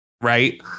right